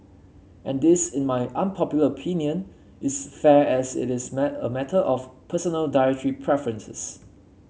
and this in my unpopular opinion is fair as it is a matter of personal dietary preferences